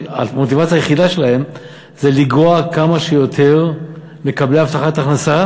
שהמוטיבציה היחידה שלהן זה לגרוע כמה שיותר מקבלי הבטחת הכנסה,